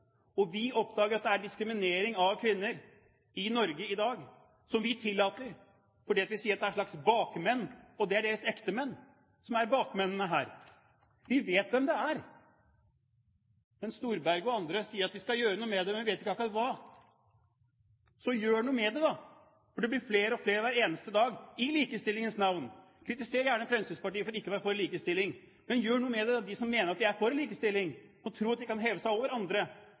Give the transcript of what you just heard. Vi oppdager at vi tillater diskriminering av kvinner i Norge i dag. Vi sier at det er en slags bakmenn – og det er deres ektemenn som er bakmennene her. Vi vet hvem det er, men Storberget og andre sier at vi skal gjøre noe med dette, men vi vet ikke akkurat hva. Så gjør noe med det, da – for det blir flere og flere hver eneste dag – i likestillingens navn! Kritiser gjerne Fremskrittspartiet for ikke å være for likestilling, men de som mener at de er for likestilling og tror at de kan heve seg over andre,